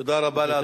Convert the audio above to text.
תודה רבה לאדוני.